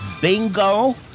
bingo